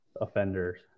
offenders